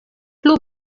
plu